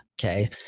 okay